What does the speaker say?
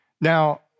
Now